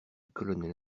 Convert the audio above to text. colonel